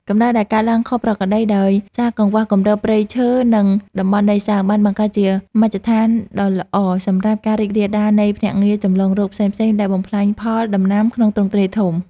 កម្ដៅដែលកើនឡើងខុសប្រក្រតីដោយសារកង្វះគម្របព្រៃឈើ និងតំបន់ដីសើម បានបង្កើតជាមជ្ឈដ្ឋានដ៏ល្អសម្រាប់ការរីករាលដាលនៃភ្នាក់ងារចម្លងរោគផ្សេងៗដែលបំផ្លាញផលដំណាំក្នុងទ្រង់ទ្រាយធំ។